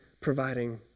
providing